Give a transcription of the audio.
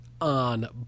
On